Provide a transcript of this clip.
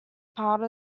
part